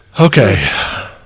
Okay